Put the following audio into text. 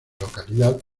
localidad